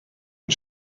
und